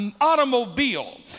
automobile